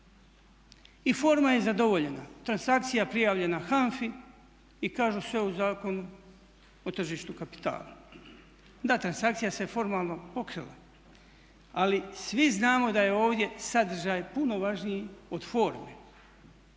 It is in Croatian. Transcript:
I forma je zadovoljena, transakcija prijavljena HANFA-i i kažu sve u Zakonu o tržištu kapitala. Da, transakcija se formalno pokrila ali svi znamo da je ovdje sadržaj puno važniji od forme.